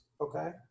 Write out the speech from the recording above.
Okay